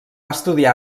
estudiar